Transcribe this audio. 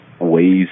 ways